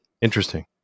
interesting